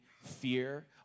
fear